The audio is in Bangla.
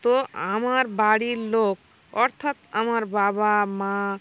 তো আমার বাড়ির লোক অর্থাৎ আমার বাবা মা